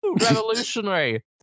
revolutionary